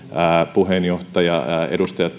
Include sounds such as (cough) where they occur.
puheenjohtajan edustaja (unintelligible)